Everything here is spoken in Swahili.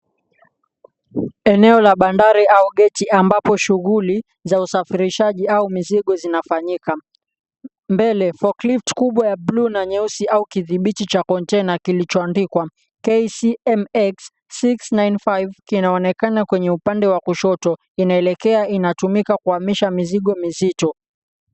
Eneo la bandari au geti ambapo shughuli za usafirishaji au mizigo zinafanyika, mbele foklifti ya bluu na nyeusi au kidhibiti cha kontena kilichoandikwa KCMX 695 kinaonekana, kwenye upande wa kushoto inaelekea inatumika kuhamisha mizigo mizito.